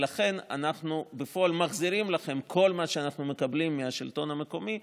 לכן אנחנו בפועל מחזירים לכם בחזרה כל מה שאנחנו מקבלים מהשלטון המקומי,